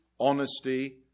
honesty